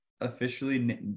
officially